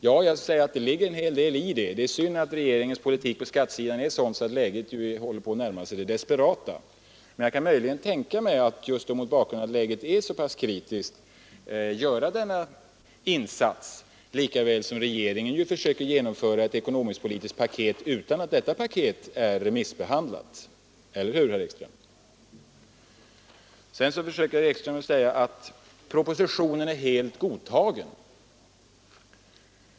Ja, det ligger en hel del i detta. Det är synd att regeringens politik på skattesidan är sådan att läget håller på att närma sig det desperata. Jag kan möjligen tänka mig, just mot bakgrund av att läget är så kritiskt, att denna insats görs utan någon större remissomgång lika väl som regeringen försöker genomföra ett ekonomiskt-politiskt paket utan remissbehandling. Eller hur, herr Ekström? Herr Ekström säger att propositionen är helt godtagen.